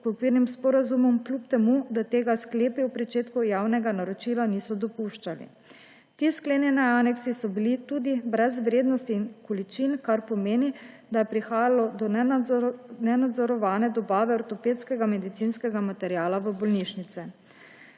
v okvirnem sporazumu, kljub temu da tega sklepi o začetku javnega naročila niso dopuščali. Ti sklenjeni aneksi so bili tudi brez vrednosti količin, kar pomeni, da je prihajalo do nenadzorovane dobave ortopedskega medicinskega materiala v bolnišnice.